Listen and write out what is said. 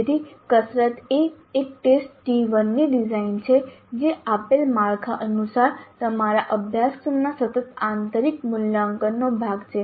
તેથી કસરત એ એક ટેસ્ટ T1 ની ડિઝાઇન છે જે આપેલ માળખા અનુસાર તમારા અભ્યાસક્રમના સતત આંતરિક મૂલ્યાંકનનો ભાગ છે